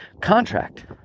contract